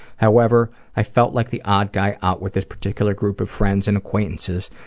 however, i felt like the odd guy out with this particular group of friends and acquaintances,